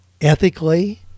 ethically